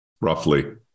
Roughly